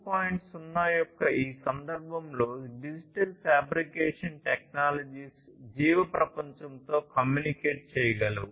0 యొక్క ఈ సందర్భంలో డిజిటల్ ఫాబ్రికేషన్ టెక్నాలజీస్ జీవ ప్రపంచంతో కమ్యూనికేట్ చేయగలవు